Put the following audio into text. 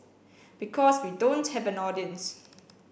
because we don't have an audience